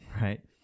right